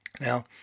Now